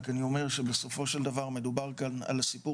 רק אני אומר שבסופו של דבר מדובר כאן על סיפור